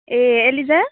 A Eliza